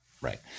Right